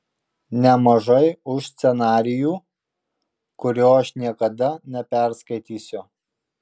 nemažai už scenarijų kurio aš niekada neperskaitysiu